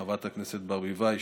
חברת הכנסת ברביבאי,